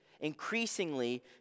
increasingly